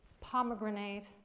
pomegranate